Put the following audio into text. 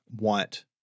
want